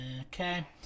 Okay